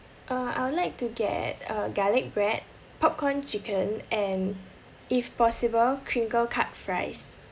uh I would like to get uh garlic bread popcorn chicken and if possible crinkle cut fries